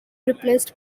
replaced